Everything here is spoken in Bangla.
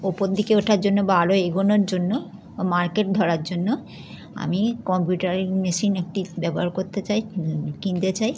ওপর দিকে ওঠার জন্য বা আরো এগোনোর জন্য মার্কেট ধরার জন্য আমি কম্পিউটারিং মেশিন একটি ব্যবহার করতে চাই কিনতে চাই